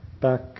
back